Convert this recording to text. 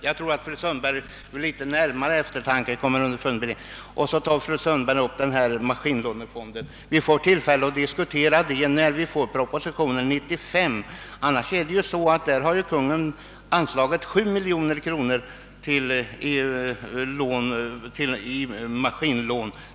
Jag tror att fru Sundberg vid litet närmare eftertanke kommer underfund med den här saken. Sedan tog fru Sundberg upp frågan om maskinlånefonden som vi får tillfälle att diskutera när proposition 95 behandlas. Annars förhåller det sig ju så att Kungl. Maj:t här anslagit 7 miljoner kronor till sådana lån.